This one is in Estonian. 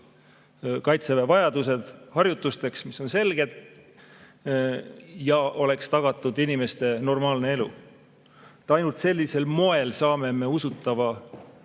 Kaitseväe vajadused harjutusteks, mis on selged, ja oleks tagatud inimeste normaalne elu. Ainult sellisel moel saame me usutava